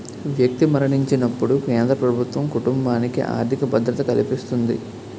వ్యక్తి మరణించినప్పుడు కేంద్ర ప్రభుత్వం కుటుంబానికి ఆర్థిక భద్రత కల్పిస్తుంది